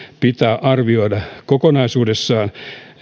pitää arvioida kokonaisuudessaan